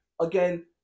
Again